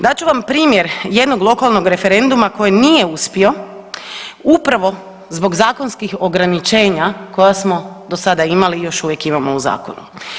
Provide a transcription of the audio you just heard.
Dat ću vam primjer jednog lokalnog referenduma koji nije uspio upravo zbog zakonskih ograničenja koja smo do sada imali i još uvijek imamo u zakonu.